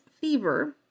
Fever